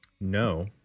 No